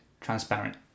Transparent